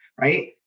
right